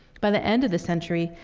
by the end of the century,